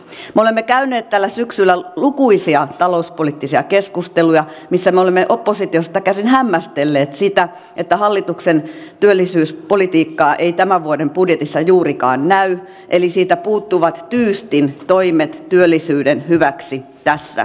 me olemme käyneet täällä syksyllä lukuisia talouspoliittisia keskusteluja missä me olemme oppositiosta käsin hämmästelleet sitä että hallituksen työllisyyspolitiikkaa ei tämän vuoden budjetissa juurikaan näy eli siitä puuttuvat tyystin toimet työllisyyden hyväksi tässä ja nyt